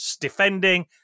defending